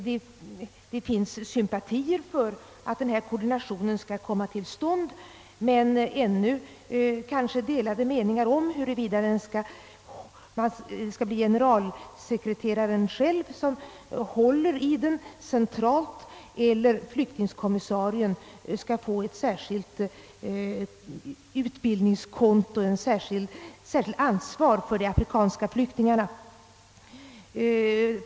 Det finns sympatier för tanken på en koordination, men det råder ännu delade meningar om frågan huruvida FN:s generalsekreterare själv centralt skall hålla i den eller om flyktingkommissarien bör få ett särskilt ansvar för de afrikanska flyktingarna.